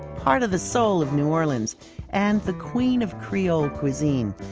part of the soul of new orleans and the queen of creole cuisine.